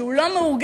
שהוא לא מאורגן,